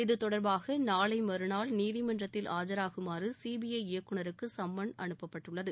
இதுதொடர்பாக நாளை மறுநாள் நீதிமன்றத்தில் ஆஜராகுமாறு சிபிஐ இயக்குநருக்கு சம்மன் அனுப்பப்பட்டுள்ளது